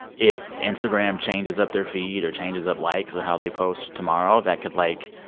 if instagram changes up their feed or changes up likes or how they post tomorrow, that could, like,